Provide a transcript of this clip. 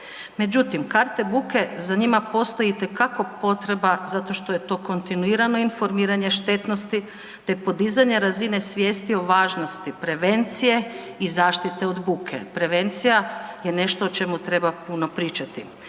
Međutim, karte buke za njima postoji itekako potreba zato što je to kontinuirano informiranje štetnosti te podizanje razine svijesti o važnosti prevencije i zaštite od buke. Prevencija je nešto o čemu treba puno pričati